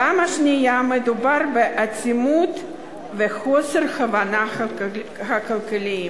פעם שנייה, כי מדובר באטימות וחוסר הבנה כלכליים,